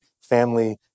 family